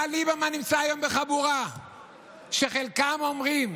אתה, ליברמן, נמצא היום בחבורה שחלקם אומרים: